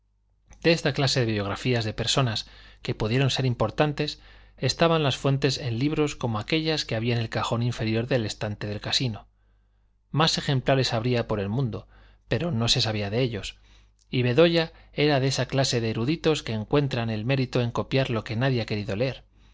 de esta clase de biografías de personas que pudieron ser importantes estaban las fuentes en libros como aquellos que había en el cajón inferior del estante del casino más ejemplares habría por el mundo pero no se sabía de ellos y bedoya era de esa clase de eruditos que encuentran el mérito en copiar lo que nadie ha querido leer